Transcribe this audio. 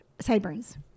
sideburns